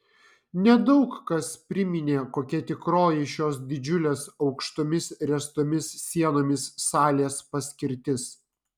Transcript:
nedaug kas priminė kokia tikroji šios didžiulės aukštomis ręstomis sienomis salės paskirtis